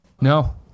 No